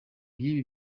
y’ibi